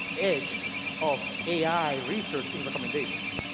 edge of ai research in recommendations.